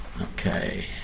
Okay